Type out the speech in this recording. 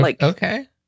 Okay